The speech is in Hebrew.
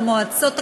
למועצות הקטנות,